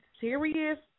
serious